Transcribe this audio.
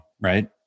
Right